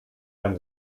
ein